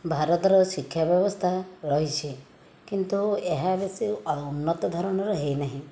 ଭାରତର ଶିକ୍ଷା ବ୍ୟବସ୍ଥା ରହିଛି କିନ୍ତୁ ଏହା ବେଶି ଉନ୍ନତଧରଣର ହୋଇନାହିଁ